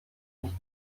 nicht